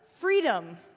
freedom